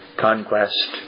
Conquest